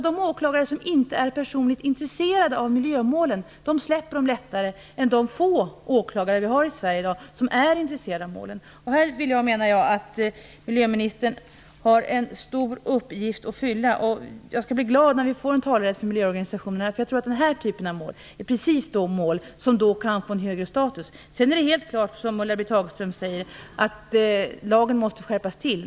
De åklagare som inte är personligt intresserade av miljömålen släpper dem lättare än de få åklagare som vi har i Sverige i dag som är intresserade av målen. Här menar jag att miljöministern har en stor uppgift. Jag skulle bli glad om vi fick en talerätt för miljöorganisationerna. Jag tror att den här typen av mål är precis sådana som kan få en högre status. Det är helt klart så som Ulla-Britt Hagström säger, att lagen måste skärpas.